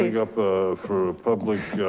up for public?